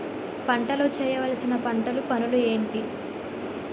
పంటలో చేయవలసిన పంటలు పనులు ఏంటి?